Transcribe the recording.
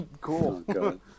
Cool